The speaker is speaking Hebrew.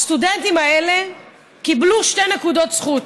הסטודנטים האלה קיבלו שתי נקודות זכות.